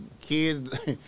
kids